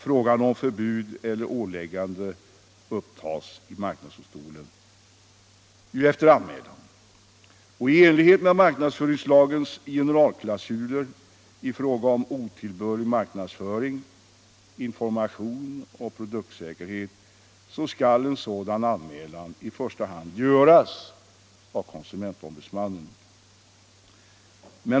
Frågan om förbud eller åläggande upptas i marknadsdomstolen efter anmälan. I enlighet med marknadsföringslagens generalklausuler i fråga om otillbörlig marknadsföring, information och produktsäkerhet skall en sådan anmälan i första hand göras av konsumentombudsmannen.